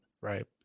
right